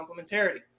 complementarity